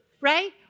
right